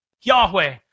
Yahweh